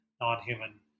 non-human